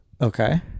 Okay